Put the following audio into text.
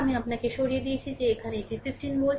আমি আপনাকে সরিয়ে দিয়েছি যে এখানে এটি 15 ভোল্ট